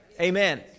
Amen